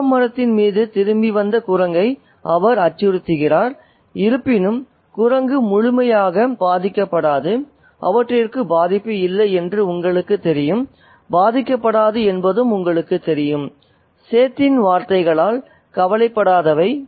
வேப்பமரத்தின் மீது திரும்பி வந்த குரங்கை அவர் அச்சுறுத்துகிறார் இருப்பினும் குரங்கு முழுமையாக பாதிக்கப்படாது அவற்றிற்கு பாதிப்பு இல்லை என்று உங்களுக்குத் தெரியும் பாதிக்கப்படாது என்பதும் உங்களுக்குத் தெரியும் சேத்தின் வார்த்தைகளால் கவலைப்படாதவை